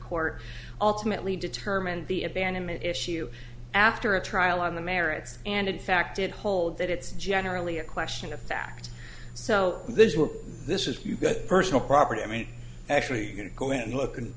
court ultimately determined the abandonment issue after a trial on the merits and in fact did hold that it's generally a question of fact so this is good personal property i mean actually going to go in look and